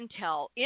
intel